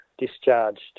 discharged